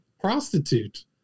prostitute